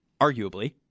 Arguably